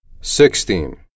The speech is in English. sixteen